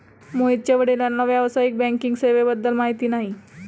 मोहितच्या वडिलांना व्यावसायिक बँकिंग सेवेबद्दल माहिती नाही